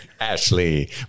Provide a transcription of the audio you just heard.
Ashley